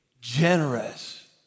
generous